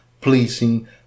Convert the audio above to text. pleasing